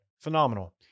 Phenomenal